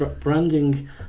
Branding